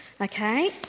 Okay